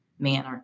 manner